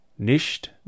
Nicht